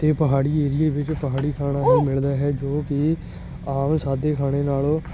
ਅਤੇ ਪਹਾੜੀ ਏਰੀਏ ਵਿੱਚ ਪਹਾੜੀ ਖਾਣਾ ਹੀ ਮਿਲਦਾ ਹੈ ਜੋ ਕਿ ਆਮ ਸਾਦੇ ਖਾਣੇ ਨਾਲੋਂ